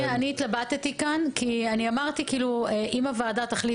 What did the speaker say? אני התלבטתי כאן כי אמרתי שאם הוועדה תחליט